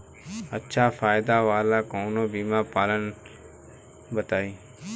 अच्छा फायदा वाला कवनो बीमा पलान बताईं?